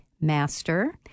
Master